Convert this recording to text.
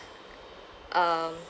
um